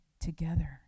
together